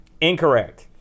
Incorrect